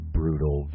brutal